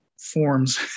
forms